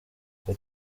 uko